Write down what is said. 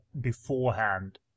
beforehand